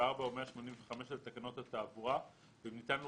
184 או 185 לתקנות התעבורה ואם ניתן לו